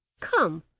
come,